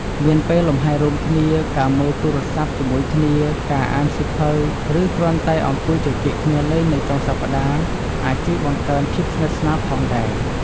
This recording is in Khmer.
មានពេលលំហែរួមគ្នា ការមើលទូរទស្សន៍ជាមួយគ្នា ការអានសៀវភៅ ឬគ្រាន់តែអង្គុយជជែកគ្នាលេងនៅចុងសប្ដាហ៍ អាចជួយបង្កើនភាពស្និទ្ធស្នាលផងដែរ។